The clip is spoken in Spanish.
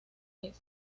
est